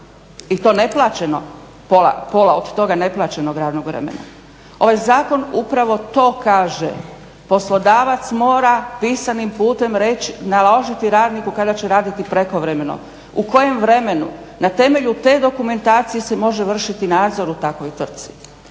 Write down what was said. i to neplaćeno? Pola od toga neplaćenog radnog vremena. Ovaj zakon upravo to kaže, poslodavac mora pisanim putem naložiti radniku kada će raditi prekovremeno, u kojem vremenu. Na temelju te dokumentacije se može vršiti nadzor u takvoj tvrtci.